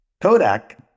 Kodak